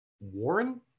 Warren